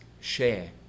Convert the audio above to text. share